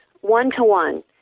one-to-one